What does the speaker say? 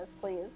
please